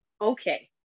okay